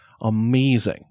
amazing